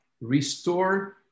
restore